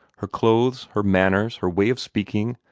her clothes, her manners, her way of speaking,